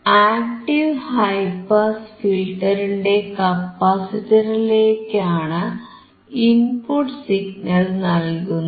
active high pass ഫിൽറ്ററിന്റെ കപ്പാസിറ്ററിലേക്കാണ് input signal നൽകുന്നത്